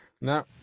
Now